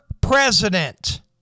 president